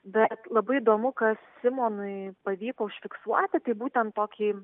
bet labai įdomu kas simonui pavyko užfiksuoti būtent tokį